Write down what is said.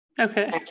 Okay